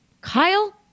Kyle